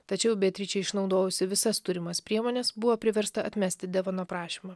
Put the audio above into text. tačiau beatričė išnaudojusi visas turimas priemones buvo priversta atmesti devono prašymą